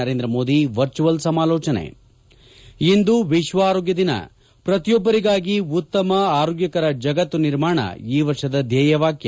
Narendra Modi virtual ಸಮಾಲೋಚನೆ ಇಂದು ವಿಶ್ವ ಆರೋಗ್ಯ ದಿನ ಪ್ರತಿಯೊಬ್ಬರಿಗಾಗಿ ಉತ್ತಮ ಆರೋಗ್ಯಕರ ಜಗತ್ತು ನಿರ್ಮಾಣ ಈ ವರ್ಷದ ಧ್ಯೇಯವಾಕ್ಯ